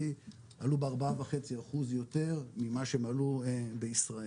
עלו בארבעה וחצי אחוז יותר ממה שהם עלו בישראל.